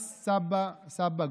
הטעיות,